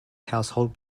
household